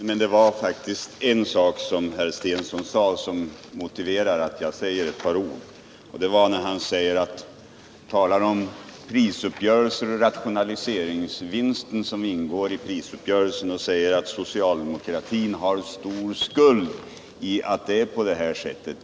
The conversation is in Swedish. Herr talman! En sak som Börje Stensson sade motiverar att jag säger några ord. Han talade om de rationaliseringsvinster som ingår i prisuppgörelserna och sade att socialdemokratin hade stor skuld i att det blev på detta sätt.